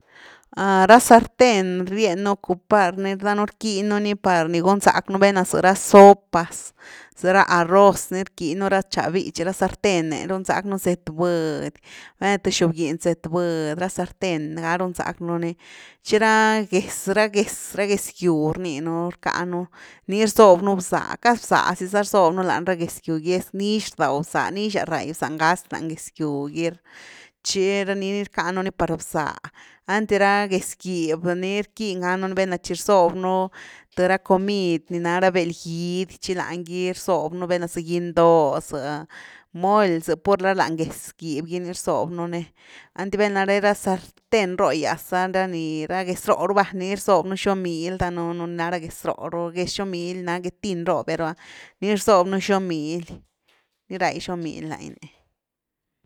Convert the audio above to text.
ra sarten ni rienu ocupar ni danuun rquinuni par ni gunzacknu valna za par ra sopas za ra arroz ni rquinu ra ncha bitchy, ra sarten’e runzacknu zëtbudy, velna th xobginy z*etbudy ra sarten ga run zack nú ni tchi ragez-ragez gyw rninu rcanu, ni rzob nú bza casi bzá sisa rzob nú lany ra gez gyu gy, nix rdaw bza nixas rai bza ngaz lany gez gyw gy tchi ranii ni rckanu ni par bza, einty ra gez guivb nii rquini ganu ni, velna tchi rzob nú th ra comid ni na ra bel gidy tchi lany gy rzob nú velna za gin-doh za moly, za, pur la lany gez gib gy ni rzob nú ni, einty val nare ra sarten rógyas ah ra ni ra gez róh ru va ni rzob nú xob-mil danuununi ná ra gez roo ru, gez xomily ni na ges tín robe ru’ah ni rzob nú xomily. ni rai xob-mily lany ni.